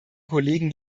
kollegen